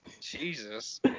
Jesus